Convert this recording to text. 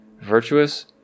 virtuous